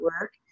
work